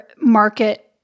market